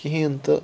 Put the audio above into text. کِہیٖنٛۍ تہٕ